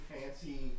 fancy